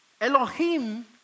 Elohim